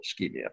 ischemia